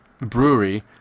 brewery